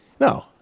no